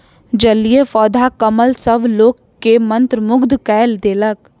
जलीय पौधा कमल सभ लोक के मंत्रमुग्ध कय देलक